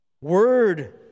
Word